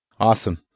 Awesome